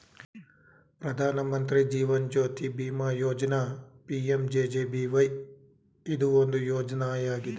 ಪ್ರಧಾನ ಮಂತ್ರಿ ಜೀವನ್ ಜ್ಯೋತಿ ಬಿಮಾ ಯೋಜ್ನ ಪಿ.ಎಂ.ಜೆ.ಜೆ.ಬಿ.ವೈ ಇದು ಒಂದು ಯೋಜ್ನಯಾಗಿದೆ